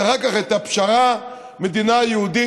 ואחר כך את הפשרה של מדינה יהודית,